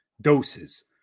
doses